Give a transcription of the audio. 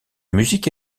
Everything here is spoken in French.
musique